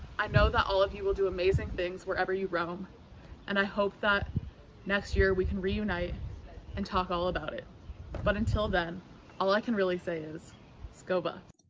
i know that all of you will do amazing things wherever you roam and i hope that next year we can reunite and talk all about it but until then all i can really say is sko buffs!